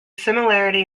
similarity